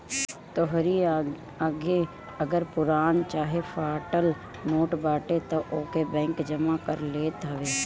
तोहरी लगे अगर पुरान चाहे फाटल नोट बाटे तअ ओके बैंक जमा कर लेत हवे